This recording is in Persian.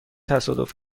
تصادف